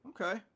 okay